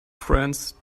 friends